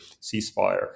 ceasefire